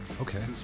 Okay